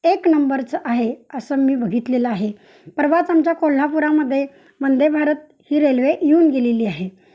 एक नंबरचं आहे असं मी बघितलेलं आहे परवाच आमच्या कोल्हापुरामध्ये वंदे भारत ही रेल्वे येऊन गेलेली आहे